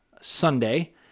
Sunday